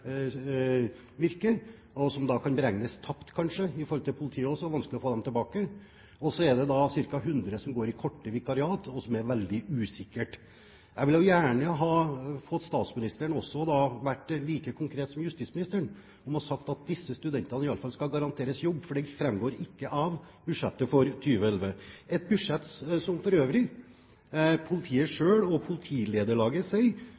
virke og kan da kanskje regnes som tapt for politiet, for det er vanskelig å få dem tilbake. Så er ca. 100 ansatt i korte vikariat, som er veldig usikkert. Jeg ville gjerne at statsministeren kunne ha vært like konkret som justisministeren og sagt at disse studentene i alle fall skal garanteres jobb, for det framgår ikke av budsjettet for 2011, et budsjett som for øvrig politiet selv og Norges Politilederlag sier